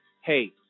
hey